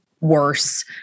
worse